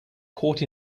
caught